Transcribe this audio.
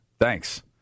Thanks